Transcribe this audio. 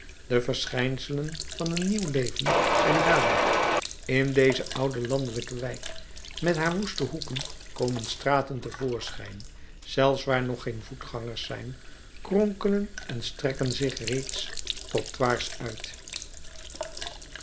de verschijnselen van een nieuw leven zijn duidelijk in deze oude landelijke wijk met haar woeste hoeken komen straten te voorschijn zelfs waar nog geen voetgangers zijn kronkelen en strekken zich reeds trottoirs uit